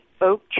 oak